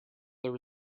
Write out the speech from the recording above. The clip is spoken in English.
there